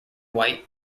white